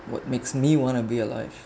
what makes me want to be alive